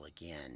again